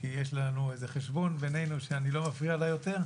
כי יש לנו איזה חשבון בינינו שאני לא מפריע לה יותר.